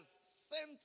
sent